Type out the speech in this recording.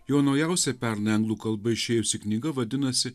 jo naujausia pernai anglų kalba išėjusi knyga vadinasi